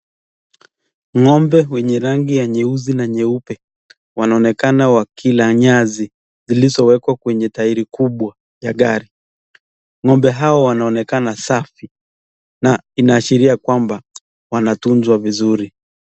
Ng'ombe wenye rangi ya nyeusi na nyeupe wanaonekana wakiila nyasi zilizowekwa kwenye taeri kubwa ya gari, ng'ombe hawa wanaonekana safi na inaashiria kwamba wanatunzwa vizuri.